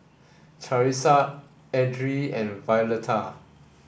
Charissa Edrie and Violeta